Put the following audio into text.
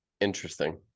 interesting